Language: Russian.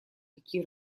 какие